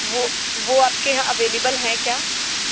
वो वो आपके यहाँ अवेलेबल हैं क्या